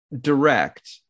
direct